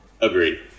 Agreed